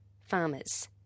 farmers